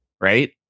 right